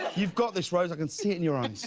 you've got this rose, ican see it in your eye.